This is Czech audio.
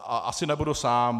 A asi nebudu sám.